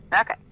Okay